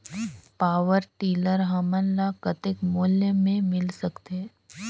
Power tiller हमन ल कतेक मूल्य मे मिल सकथे?